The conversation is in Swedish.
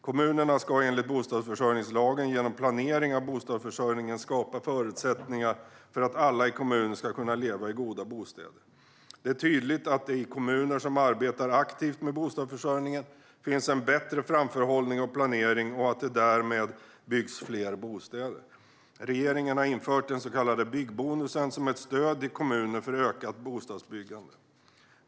Kommunerna ska enligt bostadsförsörjningslagen genom planering av bostadsförsörjningen skapa förutsättningar för att alla i kommunen ska kunna leva i goda bostäder. Det är tydligt att det i kommuner som arbetar aktivt med bostadsförsörjningen finns en bättre framförhållning och planering och att det därmed byggs fler bostäder där. Regeringen har infört den så kallade byggbonusen som ett stöd till kommuner för ökat bostadsbyggande.